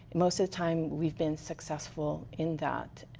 most of the time, we've been successful in that.